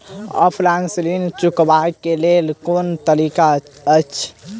Offline ऋण चुकाबै केँ केँ कुन तरीका अछि?